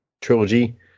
trilogy